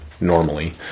normally